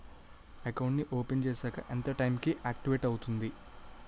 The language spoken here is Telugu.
అకౌంట్ నీ ఓపెన్ చేశాక ఎంత టైం కి ఆక్టివేట్ అవుతుంది?